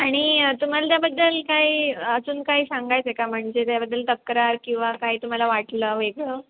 आणि तुम्हाला त्याबद्दल काही अजून काही सांगायचं आहे का म्हणजे त्याबद्दल तक्रार किंवा काही तुम्हाला वाटलं वेगळं